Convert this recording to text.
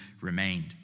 remained